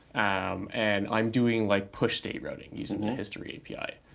um and i'm doing like push state routing using and the history api.